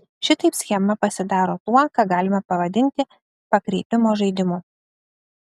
šitaip schema pasidaro tuo ką galima pavadinti pakreipimo žaidimu